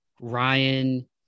Ryan